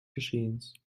geschehens